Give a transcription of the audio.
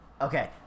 okay